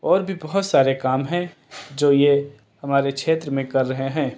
اور بھی بہت سارے کام ہیں جو یہ ہمارے چھیتر میں کر رہے ہیں